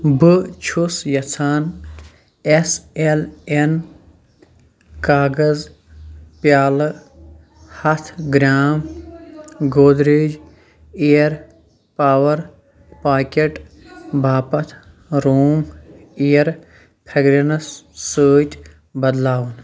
بہٕ چھُس یَژھان اٮ۪س اٮ۪ل اٮ۪ن کاغذ پیٛالہٕ ہَتھ gram Godrej air power packet باپتھ روٗم اِیَر فرٛٮ۪گرٮ۪نٕس سۭتۍ بدلاوُن